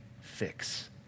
fix